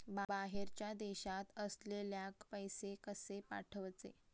बाहेरच्या देशात असलेल्याक पैसे कसे पाठवचे?